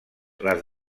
les